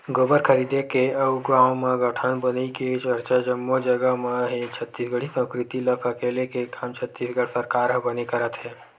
गोबर खरीदे के अउ गाँव म गौठान बनई के चरचा जम्मो जगा म हे छत्तीसगढ़ी संस्कृति ल सकेले के काम छत्तीसगढ़ सरकार ह बने करत हे